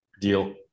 deal